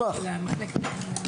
מצגת.